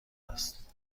است